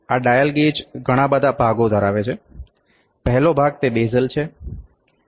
તો આ dial gauge ઘણા બધા ભાગો ધરાવે છે પહેલો ભાગ તે બેઝલ છે